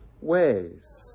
ways